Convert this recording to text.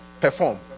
perform